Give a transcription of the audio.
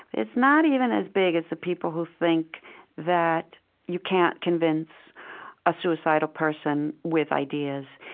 it's not even as big as the people who think that you can't convince a suicidal person with ideas.